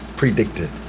predicted